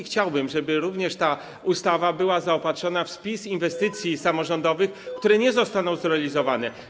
Chciałbym, żeby ta ustawa była również zaopatrzona w spis inwestycji samorządowych, które nie zostaną zrealizowane.